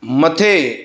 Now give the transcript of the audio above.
मथे